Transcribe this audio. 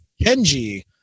kenji